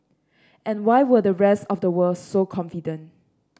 and why were the rest of the world so confident